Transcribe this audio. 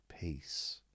peace